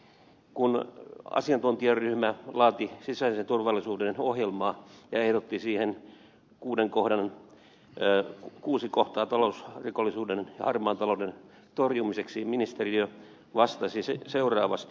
kun asiantuntijaryhmä laati sisäisen turvallisuuden ohjelmaa ja ehdotti siihen kuusi kohtaa talousrikollisuuden ja harmaan talouden torjumiseksi ministeriö vastasi seuraavasti